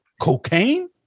Cocaine